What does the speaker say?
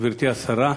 גברתי השרה,